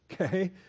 okay